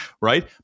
right